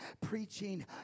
Preaching